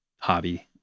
hobby